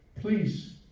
Please